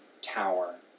tower